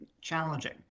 challenging